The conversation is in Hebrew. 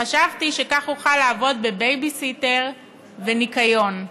חשבתי שכך אוכל לעבוד בבייביסיטר, בניקיון.